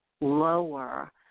lower